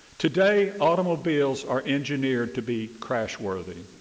today, automobiles are engineered to be crashworthy.